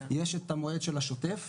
יש את המועד של השוטף,